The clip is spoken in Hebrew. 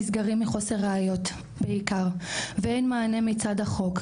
נסגרים מחוסר ראיות בעיקר ואין מענה מצד החוק,